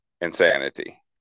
insanity